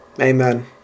Amen